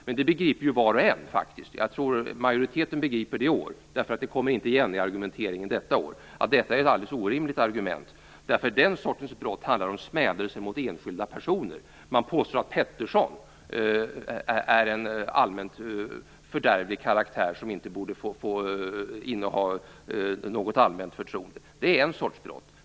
Men det begriper faktiskt var och en - jag tror att majoriteten begriper det i år, för det kommer inte igen i argumenteringen detta år - att detta är ett alldeles orimligt argument. Den sortens brott handlar om smädelser mot enskilda personer. Man påstår att Pettersson är en allmänt fördärvlig karaktär som inte borde få inneha något allmänt förtroende. Det är en sorts brott.